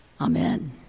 Amen